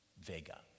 Vega